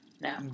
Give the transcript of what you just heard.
No